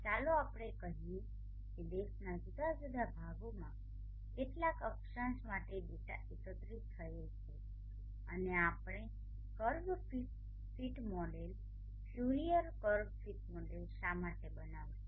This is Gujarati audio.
ચાલો આપણે કહીએ કે દેશના જુદા જુદા ભાગોમાં કેટલાક અક્ષાંશ માટે ડેટા એકત્રિત કરેલ છે અને આપણે curve fit model Fourier curve fit model શા માટે બનાવીશું